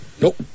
Nope